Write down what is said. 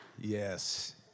Yes